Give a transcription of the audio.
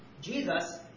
Jesus